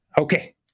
okay